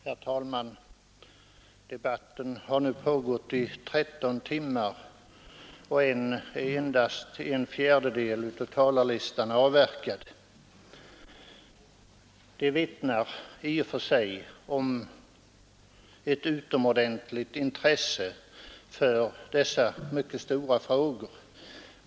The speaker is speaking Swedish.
Herr talman! Debatten har nu pågått i tretton timmar, och än är endast en fjärdedel av talarlistan avverkad. Det vittnar i och för sig om ett utomordentligt intresse för dessa mycket stora frågor.